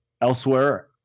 elsewhere